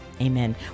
Amen